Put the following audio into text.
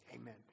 Amen